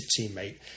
teammate